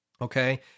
okay